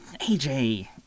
AJ